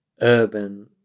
urban